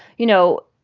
you know,